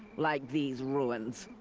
like these ruins.